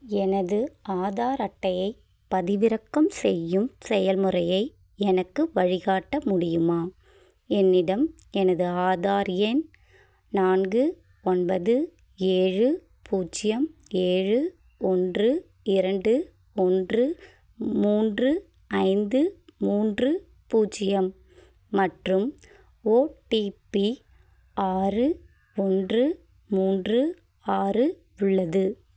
எனது ஆதார் அட்டையை பதிவிறக்கம் செய்யும் செயல்முறையை எனக்கு வழிகாட்ட முடியுமா என்னிடம் எனது ஆதார் எண் நான்கு ஒன்பது ஏழு பூஜ்ஜியம் ஏழு ஒன்று இரண்டு ஒன்று மூன்று ஐந்து மூன்று பூஜ்ஜியம் மற்றும் ஓடிபி ஆறு ஒன்று மூன்று ஆறு உள்ளது